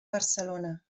barcelona